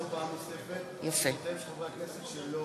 נא לקרוא פעם נוספת בשמותיהם של חברי הכנסת שלא